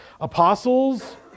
apostles